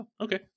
Okay